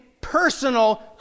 personal